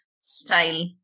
style